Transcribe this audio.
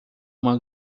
uma